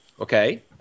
okay